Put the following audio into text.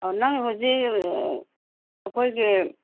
ꯅꯪ ꯍꯧꯖꯤꯛ ꯑꯩꯈꯣꯏꯒꯤ